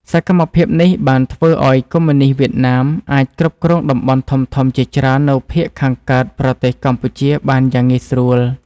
សកម្មភាពនេះបានធ្វើឱ្យកុម្មុយនិស្តវៀតណាមអាចគ្រប់គ្រងតំបន់ធំៗជាច្រើននៅភាគខាងកើតប្រទេសកម្ពុជាបានយ៉ាងងាយស្រួល។